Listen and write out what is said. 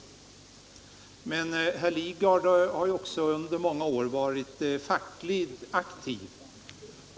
Konkurslagstift Men herr Lidgard har också under många år varit fackligt aktiv.